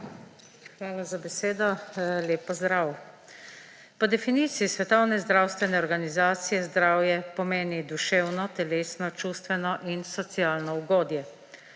Hvala za besedo. Lep pozdrav! Po definiciji Svetovne zdravstvene organizacije zdravje pomeni duševno, telesno, čustveno in socialno ugodje.